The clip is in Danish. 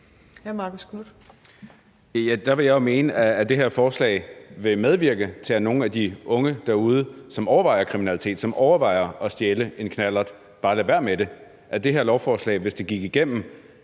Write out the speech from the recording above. Der vil jeg jo mene, at det her forslag vil medvirke til, at nogle af de unge derude, som overvejer kriminalitet, som overvejer at stjæle en knallert, bare lader være med det, og at det her beslutningsforslag, hvis det gik igennem,